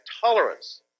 tolerance